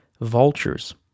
vultures